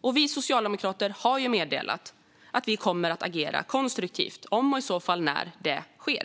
Och vi socialdemokrater har ju meddelat att vi kommer att agera konstruktivt om, och i så fall när, det sker.